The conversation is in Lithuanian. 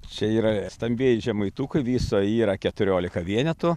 čia yra stambieji žemaitukai viso yra keturiolika vienetų